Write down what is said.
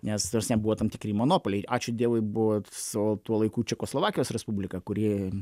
nes ten buvo tam tikri monopoliai ačiū dievui buvo su tuo laiku čekoslovakijos respublika kuri